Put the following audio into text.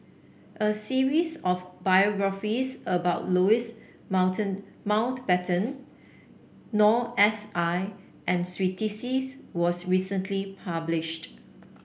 a series of biographies about Louis Mountain Mountbatten Noor S I and Twisstii was recently published